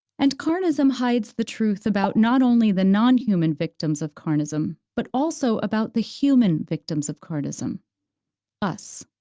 and carnism hides the truth about not only the nonhuman victims of carnism, but also about the human victims of carnism us.